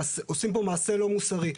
עושים פה מעשה לא מוסרי,